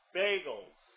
bagels